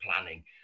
planning